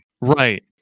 Right